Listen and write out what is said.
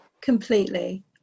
completely